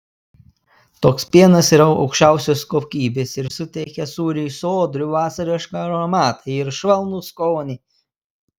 toks pienas yra aukščiausios kokybės ir suteikia sūriui sodrų vasarišką aromatą ir švelnų skonį